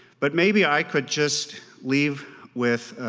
but maybe i could just leave with